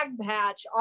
patch